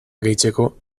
gehitzeko